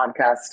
podcast